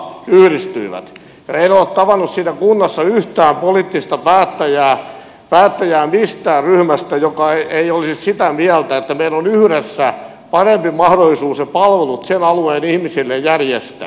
en ole tavannut siinä kunnassa mistään ryhmästä yhtään poliittista päättäjää joka ei olisi sitä mieltä että meillä on yhdessä parempi mahdollisuus ne palvelut sen alueen ihmisille järjestää